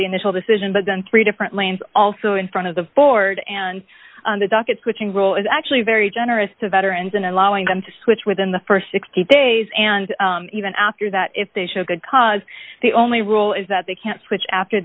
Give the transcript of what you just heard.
the initial decision but then three different lanes also in front of the board and the docket switching role is actually very generous to veterans and allowing them to switch within the st sixty days and even after that if they show good cause the only rule is that they can switch after